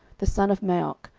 the son of maoch,